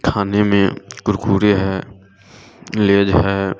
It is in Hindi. खाने में कुरकुरे है लेज है